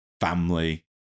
family